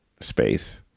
space